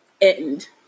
end